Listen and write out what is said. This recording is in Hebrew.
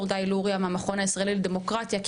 גיא לוריא מהמכון הישראלי לדמוקרטיה.